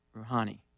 Rouhani